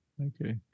Okay